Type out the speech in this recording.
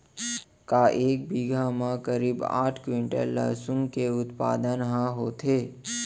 का एक बीघा म करीब आठ क्विंटल लहसुन के उत्पादन ह होथे?